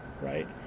right